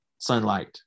sunlight